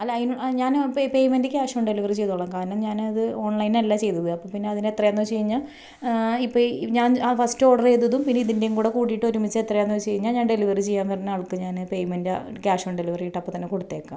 അല്ല അതിന് ഞാൻ pay payment cash on delivery ചെയ്തോളാം കാരണം ഞാനത് ഓൺലൈൻ അല്ല ചെയ്തത് അപ്പം പിന്നെ അതിന് എത്രയാണെന്ന് വെച്ചുകഴിഞ്ഞാൽ ഇപ്പം ഈ ഞാൻ ആ ഫസ്റ്റ് ഓർഡർ ചെയ്തതും പിന്നെ ഇതിൻറേയും കൂടിയിട്ട് ഒരുമിച്ച് എത്രയാണെന്ന് വെച്ചുകഴിഞ്ഞാൽ ഞാൻ ഡെലിവറി ചെയ്യാൻ വരുന്ന ആൾക്ക് ഞാൻ പേമെൻറ് ക്യാഷ് ഓൺ ഡെലിവറി ആയിട്ട് അപ്പം തന്നെ കൊടുത്തേക്കാം